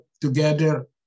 together